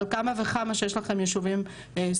על אחת כמה וכמה שיש לכם יישובים סופר-הטרוגניים.